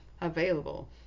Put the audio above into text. available